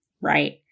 right